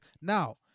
Now